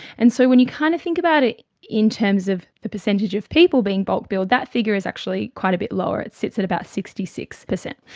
and so when you kind of think about it in terms of the percentage of people being bulk billed, that figure is actually quite a bit lower, it sits at about sixty six percent.